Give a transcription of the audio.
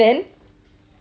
then